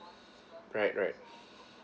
right right